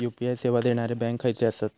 UPI सेवा देणारे bank खयचे आसत?